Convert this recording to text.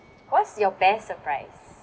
what's your best surprise